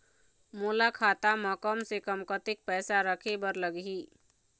मोला खाता म कम से कम कतेक पैसा रखे बर लगही?